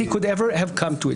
ואני מוכן אפילו לזרום עם זה,